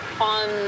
on